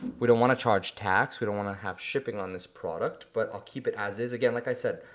we don't wanna charge tax, we don't wanna have shipping on this product, but i'll keep it as is, again, like i said,